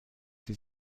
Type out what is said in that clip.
sie